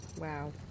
wow